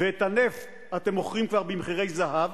ואת הנפט אתם מוכרים כבר במחירי זהב,